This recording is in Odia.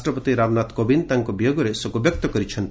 ରାଷ୍ଟ୍ରପତି ରାମନାଥ କୋବିନ୍ଦ ତାଙ୍କ ବିୟୋଗରେ ଶୋକ ବ୍ୟକ୍ତ କରିଛନ୍ତି